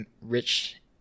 rich